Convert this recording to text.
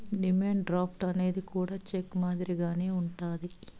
demand draft అనేది కూడా cheque మాదిరిగానే ఉంటది